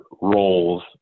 roles